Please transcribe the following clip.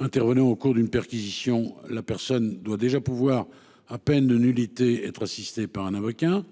au cours de la perquisition, la personne doit déjà pouvoir, à peine de nullité, être assistée par un avocat,